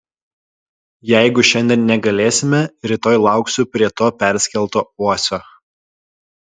jeigu šiandien negalėsime rytoj lauksiu prie to perskelto uosio